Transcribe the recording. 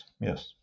yes